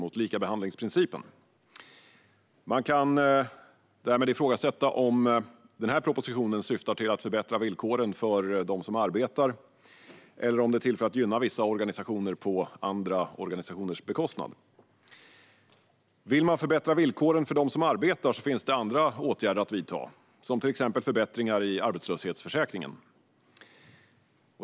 Man kan därmed ifrågasätta om syftet med propositionen är att förbättra villkoren för de som arbetar eller om den är till för att gynna vissa organisationer på andra organisationers bekostnad. Om man vill förbättra villkoren för dem som arbetar finns det andra åtgärder att vidta, exempelvis förbättringar i arbetslöshetsförsäkringen.